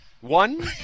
one